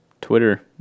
Twitter